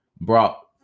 brought